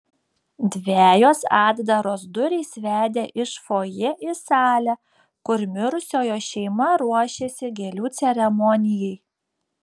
dvejos atdaros durys vedė iš fojė į salę kur mirusiojo šeima ruošėsi gėlių ceremonijai